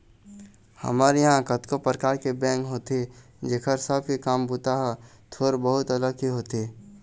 हमर इहाँ कतको परकार के बेंक होथे जेखर सब के काम बूता ह थोर बहुत अलग ही होथे